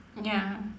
ya